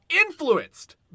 Influenced